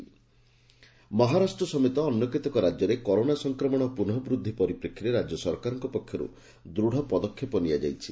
SRC ଚିଠି ମହାରାଷ୍ଟ ସମେତ ଅନ୍ୟ କେତେକ ରାଜ୍ୟରେ କରୋନା ସଂକ୍ରମଣ ପୁନଃ ବୃଦ୍ଧି ପରିପ୍ରେକ୍ଷୀରେ ରାଜ୍ୟ ସରକାରଙ୍କ ପକ୍ଷରୁ ଦୃଢ଼ ପଦକ୍ଷେପ ନିଆଯାଇଛି